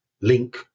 link